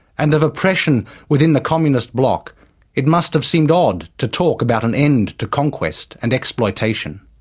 and of oppression within the communist bloc it must have seemed odd to talk about an end to conquest and exploitation.